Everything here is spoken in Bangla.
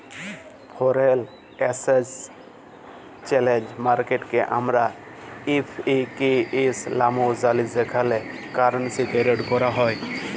ফ্যরেল একেসচ্যালেজ মার্কেটকে আমরা এফ.এ.কে.এস লামেও জালি যেখালে কারেলসি টেরেড ক্যরা হ্যয়